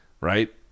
right